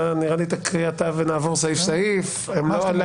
להקריא כדי שנדע מה אנחנו עושים היום.